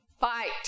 Fight